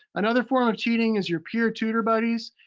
another form of cheating is your peer tutor buddies.